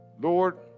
Lord